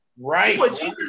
Right